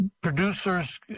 Producers